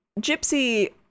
Gypsy